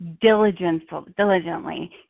diligently